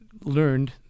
learned